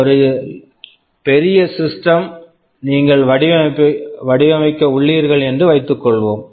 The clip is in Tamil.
ஒரு லார்ஜ் சிஸ்டம் large system ஐ நீங்கள் வடிவமைக்க உள்ளீர்கள் என்று வைத்துக்கொள்வோம்